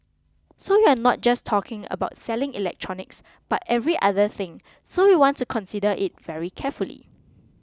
so you're not just talking about selling electronics but every other thing so we want to consider it very carefully